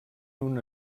una